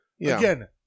Again